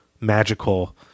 magical